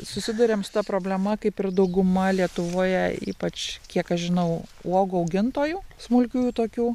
susiduriam su ta problema kaip ir dauguma lietuvoje ypač kiek aš žinau uogų augintojų smulkiųjų tokių